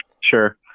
Sure